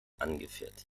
angefertigt